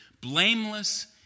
blameless